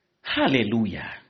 Hallelujah